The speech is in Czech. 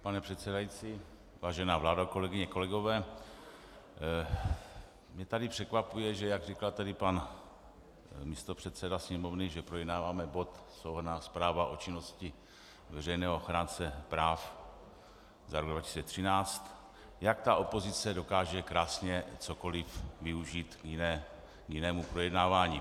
Pane předsedající, vážená vládo, kolegyně, kolegové, mě tady překvapuje, že jak říká tady pan místopředseda Sněmovny, že projednáváme bod Souhrnná zpráva o činnosti veřejného ochránce práv za rok 2013, jak ta opozice dokáže krásně cokoliv využít k jinému projednávání.